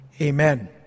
Amen